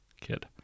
Kid